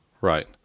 Right